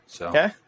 Okay